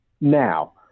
Now